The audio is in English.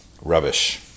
rubbish